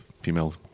female